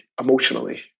emotionally